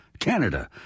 canada